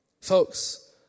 Folks